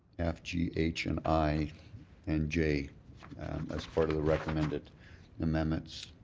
f, g, h and i and j as part of the recommended amendments.